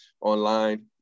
online